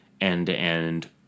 end-to-end